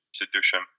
institution